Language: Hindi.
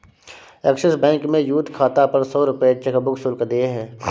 एक्सिस बैंक में यूथ खाता पर सौ रूपये चेकबुक शुल्क देय है